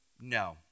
no